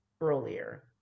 earlier